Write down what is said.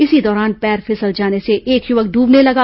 इसी दौरान पैर फिसल जाने से एक युवक डुबने लगा